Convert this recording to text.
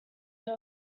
der